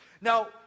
Now